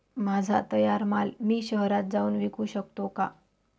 माझा तयार माल मी शहरात जाऊन विकू शकतो का?